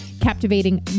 captivating